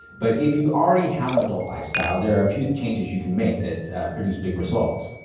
but if you already have an adult lifestyle there are a few changes you can make that produce big results.